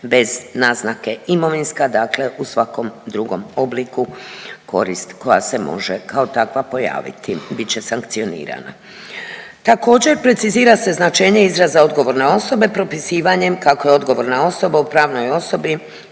bez naznake imovinska, dakle u svakom drugom obliku, korist koja se može kao takva pojaviti, bit će sankcionirana. Također, precizira se značenje izraza odgovorne osobe, propisivanjem kako je odgovorna osoba u pravnoj osobi